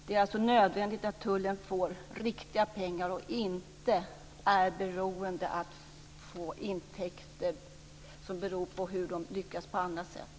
Det är nödvändigt att tullen får riktiga pengar och inte är beroende av att få intäkter som är avhängiga av hur man lyckas på annat sätt.